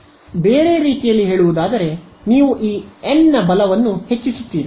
ಆದ್ದರಿಂದ ಬೇರೆ ರೀತಿಯಲ್ಲಿ ಹೇಳುವುದಾದರೆ ನೀವು ಈ N ಬಲವನ್ನು ಹೆಚ್ಚಿಸುತ್ತೀರಿ